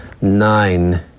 nine